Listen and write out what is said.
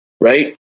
right